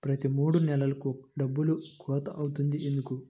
ప్రతి మూడు నెలలకు డబ్బులు కోత అవుతుంది ఎందుకు?